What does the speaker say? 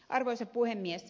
arvoisa puhemies